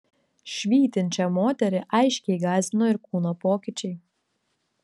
švytinčią moterį aiškiai gąsdino ir kūno pokyčiai